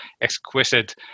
exquisite